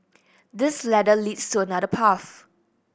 this ladder leads to another path